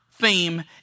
theme